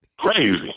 crazy